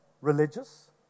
religious